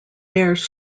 bears